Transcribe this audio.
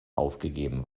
aufgegeben